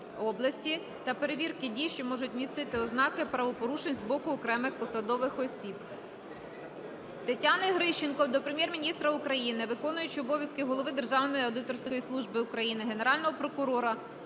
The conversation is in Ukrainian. та перевірки дій, що можуть містити ознаки правопорушень з боку окремих посадових осіб. Тетяни Грищенко до Прем'єр-міністра України, виконуючого обов'язки голови Державної аудиторської служби України, Генерального прокурора,